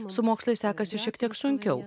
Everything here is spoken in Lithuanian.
su mokslais sekasi šiek tiek sunkiau